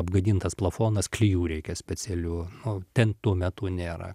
apgadintas plafonas klijų reikia specialių o ten tuo metu nėra